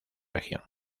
región